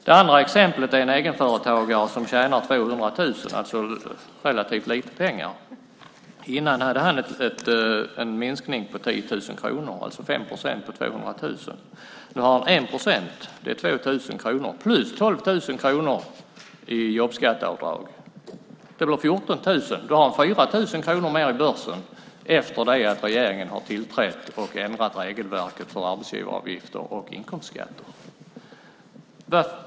Det andra exemplet är en egenföretagare som tjänar 200 000, alltså relativt lite pengar. Tidigare hade han en minskning på 10 000 kronor, alltså 5 procent på 200 000. Nu har han 1 procent. Det är 2 000 kronor plus 12 000 kronor i jobbskatteavdrag. Det blir 14 000. Nu har han 4 000 kronor mer i börsen efter det att regeringen har tillträtt och ändrat regelverket för arbetsgivaravgifter och inkomstskatter.